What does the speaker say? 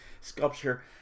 sculpture